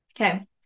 Okay